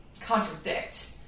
contradict